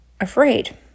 afraid